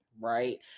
right